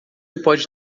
pode